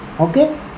Okay